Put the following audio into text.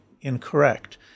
incorrect